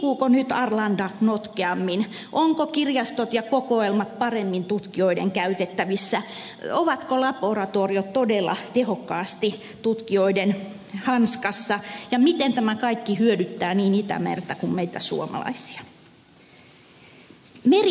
liikkuuko nyt arlanda notkeammin ovatko kirjastot ja kokoelmat paremmin tutkijoiden käytettävissä ovatko laboratoriot todella tehokkaasti tutkijoiden hanskassa ja miten tämä kaikki hyödyttää niin itämerta kuin meitä suomalaisia